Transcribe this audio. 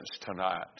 tonight